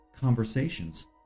conversations